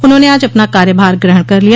उन्होंने आज अपना कार्यभार ग्रहण कर लिया